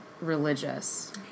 religious